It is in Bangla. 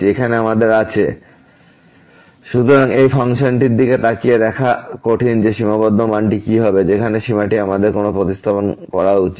এখানে আমাদের আছে fxyx2y2tan xy xy≠0 0elsewhere সুতরাং এই ফাংশনটির দিকে তাকিয়ে দেখা কঠিন যে সীমাবদ্ধ মানটি কী হবে যেখানে সীমাটি আমাদের কোন প্রতিস্থাপন করা উচিত